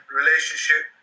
relationship